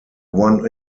one